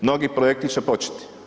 Mnogi projekti će početi.